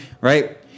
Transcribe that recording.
right